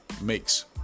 makes